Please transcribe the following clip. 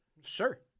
Sure